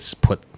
put